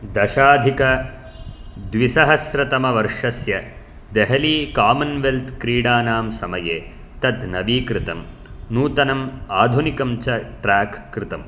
दशाधिकद्विसहस्रतमवर्षस्य देहली कामन्वेल्त् क्रीडानां समये तत् नवीकृतं नूतनम् आधुनिकं च ट्राक् कृतम्